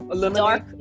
dark